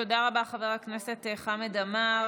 תודה רבה, חבר הכנסת חמד עמאר.